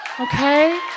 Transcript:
Okay